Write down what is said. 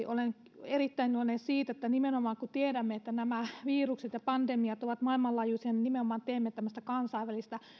olen erittäin iloinen erityisesti siitä kun tiedämme että nämä virukset ja pandemiat ovat maailmanlaajuisia että teemme nimenomaan tämmöistä kansainvälistä